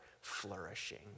flourishing